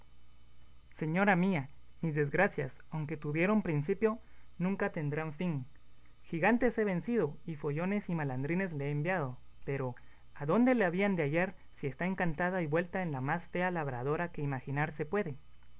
señora mía mis desgracias aunque tuvieron principio nunca tendrán fin gigantes he vencido y follones y malandrines le he enviado pero adónde la habían de hallar si está encantada y vuelta en la más fea labradora que imaginar se puede